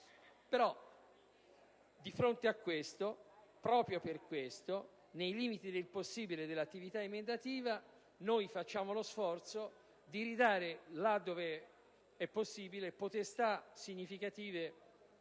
Però, di fronte a questo, proprio per questo, nei limiti del possibile dell'attività emendativa, noi compiamo lo sforzo di ridare, potestà significative